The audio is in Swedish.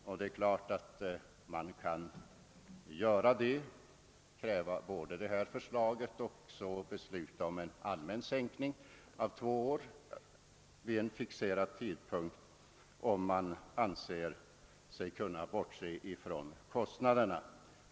Och det är klart att man kan kräva både genomförandet av detta förslag och beslut om en allmän sänkning av pensionsåldern med två år vid en fixerad tidpunkt, om man vill bortse från kostnaderna.